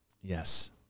Yes